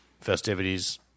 festivities